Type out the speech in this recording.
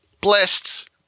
blessed